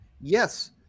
Yes